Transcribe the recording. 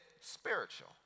spiritual